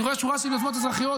אני רואה שורה של יוזמות אזרחיות